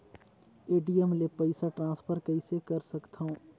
ATM ले पईसा transfer कइसे कर सकथव?